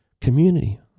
community